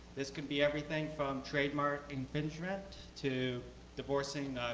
this could be everything from trademark infringement to divorcing